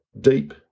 deep